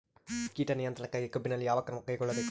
ಕೇಟ ನಿಯಂತ್ರಣಕ್ಕಾಗಿ ಕಬ್ಬಿನಲ್ಲಿ ಯಾವ ಕ್ರಮ ಕೈಗೊಳ್ಳಬೇಕು?